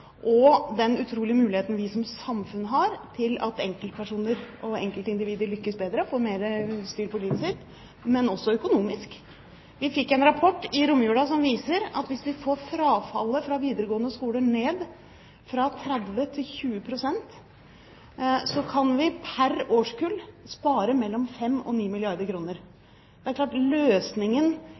og den utrolige muligheten vi som samfunn har til at enkeltpersoner og enkeltindivider skal lykkes bedre, få mer styr på livet sitt, også økonomisk. Vi fikk en rapport i romjulen som viser at hvis vi får frafallet fra videregående skole ned fra 30 pst. til 20 pst., kan vi pr. årskull spare mellom 5 og 9 milliarder kr. Det er klart løsningen